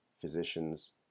physicians